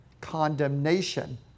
condemnation